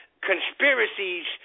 conspiracies